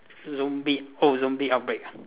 zombie oh zombie outbreak